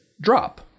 drop